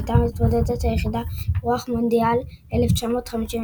הייתה המתמודדת היחידה על אירוח מונדיאל 1958,